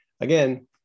again